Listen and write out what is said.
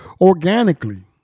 organically